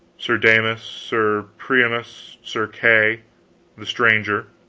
sir damus, sir priamus, sir kay the stranger